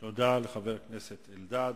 תודה לחבר הכנסת אלדד.